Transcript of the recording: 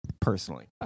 personally